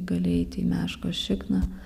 gali eiti į meškos šikną